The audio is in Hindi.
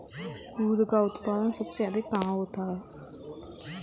कद्दू का उत्पादन सबसे अधिक कहाँ होता है?